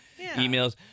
emails